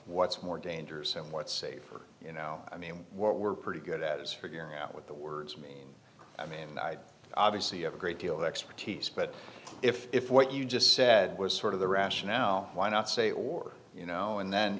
what's more dangerous than what's safe or you know i mean what we're pretty good at is figuring out what the words mean i mean obviously you have a great deal of expertise but if if what you just said was sort of the rationale why not say or you know and